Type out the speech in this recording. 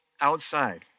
outside